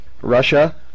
Russia